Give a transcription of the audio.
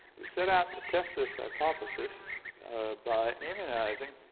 we set out to test this hypothesis by immunizing